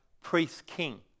priest-king